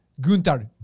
Gunther